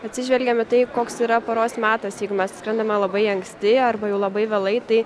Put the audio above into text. atsižvelgiam į tai koks yra paros metas jeigu mes skrendame labai anksti arba jau labai vėlai tai